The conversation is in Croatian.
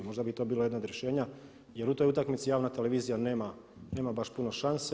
Možda bi to bilo jedno od rješenja jer u toj utakmici javna televizija nema baš puno šanse.